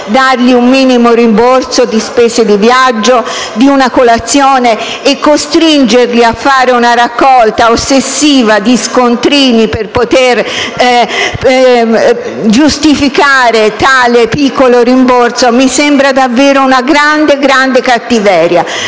relativamente alle spese di viaggio o a una colazione, e costringerli a fare una raccolta ossessiva di scontrini per poter giustificare tale piccolo rimborso mi sembra davvero una grande cattiveria.